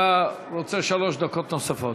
אתה רוצה שלוש דקות נוספות.